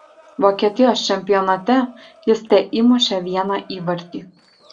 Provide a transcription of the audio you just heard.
vokietijos čempionate jis teįmušė vieną įvartį